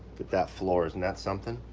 that floor, isn't that something?